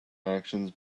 actions